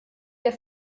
der